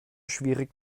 schwierig